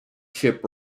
ship